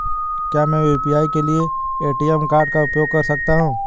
क्या मैं यू.पी.आई के लिए ए.टी.एम कार्ड का उपयोग कर सकता हूँ?